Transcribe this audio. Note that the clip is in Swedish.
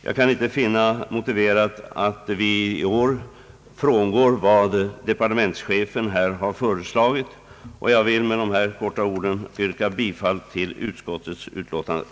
Jag kan inte finna det motiverat att i år frångå vad departementschefen föreslagit, och jag vill med det anförda yrka bifall till utskottets hemställan.